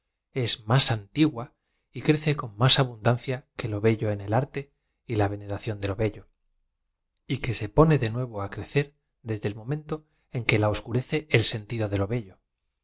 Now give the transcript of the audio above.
ea más antigua y crece con más abundancia que lo bello en el arte y la ven era ción de lo bello y que se pone de nuevo á crecer des de el momento en que la oscurece el sentido de lo bello